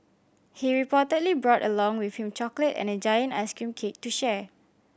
he reportedly brought along with him chocolate and a giant ice cream cake to share